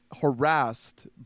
harassed